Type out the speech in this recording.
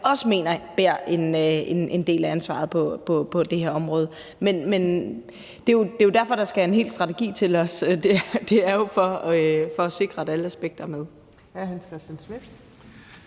også mener bærer en del af ansvaret på det her område. Men det er jo derfor, der skal en hel strategi til – det er jo for at sikre, at alle aspekter er med. Kl. 12:44 Tredje